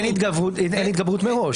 אין התגברות מראש.